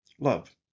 Love